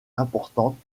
importante